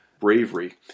bravery